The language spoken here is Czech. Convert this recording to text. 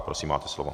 Prosím, máte slovo.